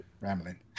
rambling